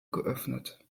geöffnet